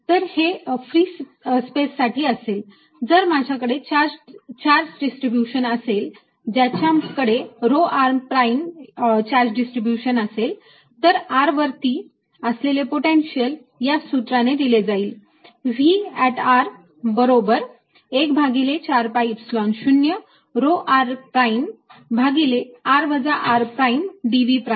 तर हे free space साठी असेल जर माझ्याकडे चार्ज डिस्ट्रीब्यूशन असेल ज्याच्याकडे rho r prime charge distribution असेल तर r वरती असलेले पोटेन्शियल या सूत्राने दिले जाईल V बरोबर 1 भागिले 4 pi epsilon 0 rho r prime भागिले r वजा r प्राईम dV प्राईम